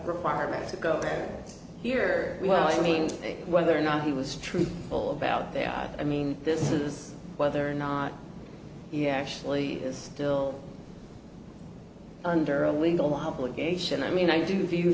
requirements to go here well i mean whether or not he was truthful about their i mean this is whether or not he actually is still under a legal obligation i mean i do view